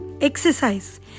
exercise